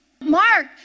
Mark